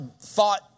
thought